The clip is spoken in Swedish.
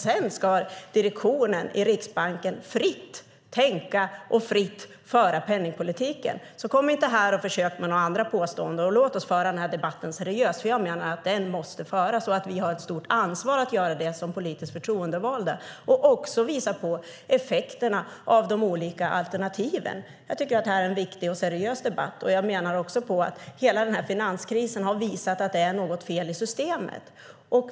Sedan ska direktionen i Riksbanken fritt tänka och fritt föra penningpolitiken. Kom inte här och försök med några andra påståenden! Låt oss föra debatten seriöst! Jag menar att den måste föras och att vi som politiskt förtroendevalda har ett stort ansvar att göra det och att visa på effekterna av de olika alternativen. Det är en viktig och seriös debatt. Hela finanskrisen har visat att det är något fel i systemet.